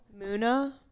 Muna